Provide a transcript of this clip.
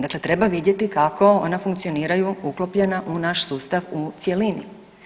Dakle, treba vidjeti kako ona funkcioniraju uklopljena u naš sustav u cjelini.